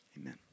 Amen